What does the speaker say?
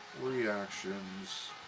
Reactions